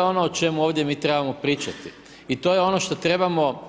I to je ono o čemu ovdje mi trebamo primati i to je ono što trebamo